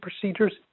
procedures